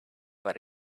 but